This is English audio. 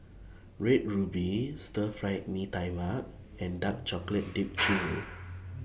Red Ruby Stir Fried Mee Tai Mak and Dark Chocolate Dipped Churro